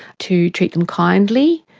to treat them kindly,